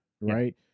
Right